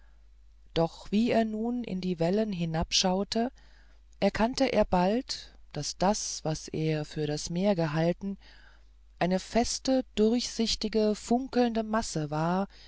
doch wie er nun in die wellen hinabschaute erkannte er bald daß das was er für das meer gehalten eine feste durchsichtige funkelnde masse war